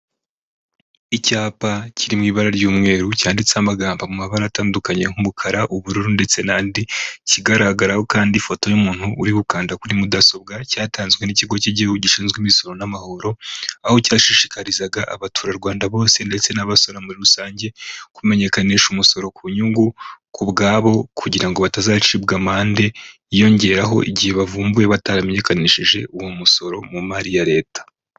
Icyapa kiri mw’ibara ry'umweru cyanditseho amagambo mu mabara atandukanye nk'umukara, ubururu ndetse nandi kigaragaraho kandi ifoto y'umuntu uri gukanda kuri mudasobwa, cyatanzwe n'ikigo cy'igihugu gishinzwe imisoro n'amahoro aho cyashishikarizaga abaturarwanda bose ndetse n'abasora muri rusange kumenyekanisha umusoro ku nyungu ku bwabo kugira ngo batazacibwa amande yiyongeraho igihe bavumbuwe bataramenyekanishije uwo musoro mu mari ya leta.